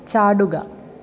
ചാടുക